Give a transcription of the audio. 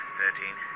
thirteen